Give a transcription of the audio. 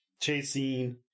chasing